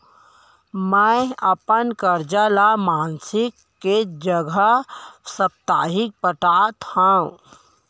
मै अपन कर्जा ला मासिक के जगह साप्ताहिक पटावत हव